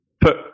put